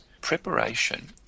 Preparation